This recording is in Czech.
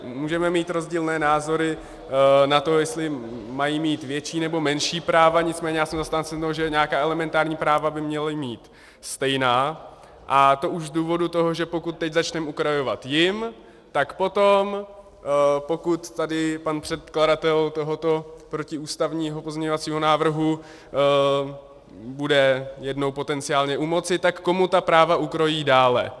Můžeme mít rozdílné názory na to, jestli mají mít větší, nebo menší práva, nicméně já jsem zastáncem toho, že nějaká elementární práva by měli mít stejná, a to už z důvodu toho, že pokud teď začneme ukrajovat jim, tak potom, pokud tady pan předkladatel tohoto protiústavního pozměňovacího návrhu bude jednou potenciálně u moci, komu ta práva ukrojí dále...